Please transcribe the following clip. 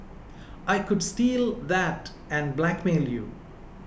I could steal that and blackmail you